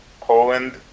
Poland